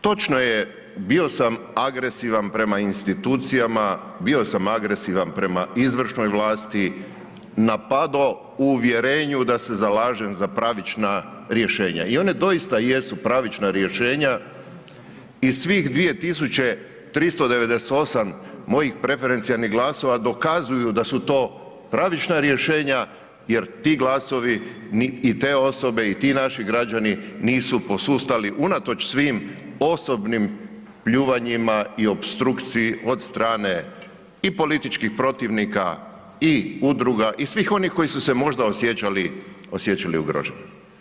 Točno je, bio sam agresivan prema institucijama, bio sam agresivan prema izvršnoj vlasti, napado u uvjerenju da se zalažem za pravična rješenja i ona doista jesu pravična rješenja i svih 2398 mojih preferencijalnih glasova dokazuju da su to pravična rješenja jer ti glasovi i te osobe i ti naši građani nisu posustali unatoč svim osobnim pljuvanjima i opstrukciji od strane i političkih protivnika i udruga i svih onih koji su se možda osjećali ugroženo.